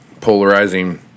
polarizing